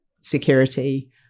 security